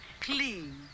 Clean